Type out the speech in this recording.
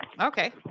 Okay